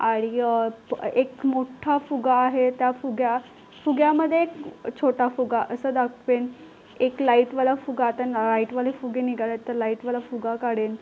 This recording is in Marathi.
आणि एक मोठ्ठा फुगा आहे त्या फुग्या फुग्यामध्ये छोटा फुगा असा दाखवेन एक लाइटवाला फुगा त्यानं लाइटवाले फुगे निघाले आहेत तर लाइटवाला फुगा काढेन